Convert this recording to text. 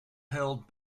held